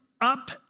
up